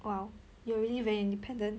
!wow! you're really very independent